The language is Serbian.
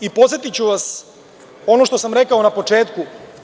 Podsetiću vas na ono što sam rekao na početku.